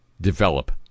develop